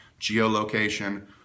geolocation